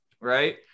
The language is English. right